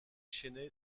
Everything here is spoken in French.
chennai